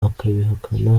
akabihakana